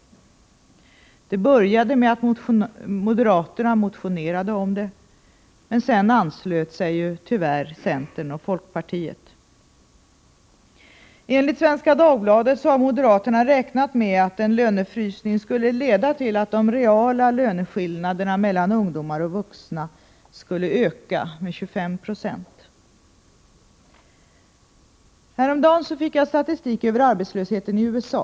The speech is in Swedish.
Det började med att moderaterna motionerade om detta. Sedan anslöt sig tyvärr centern och folkpartiet. Enligt Svenska Dagbladet har moderaterna räknat med att en lönefrysning skulle leda till att de reala löneskillnaderna mellan ungdomar och vuxna skulle öka med 25 90. Häromdagen fick jag statistik över arbetslösheten i USA.